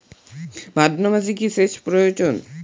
ভাদ্রমাসে কি সেচ প্রয়োজন?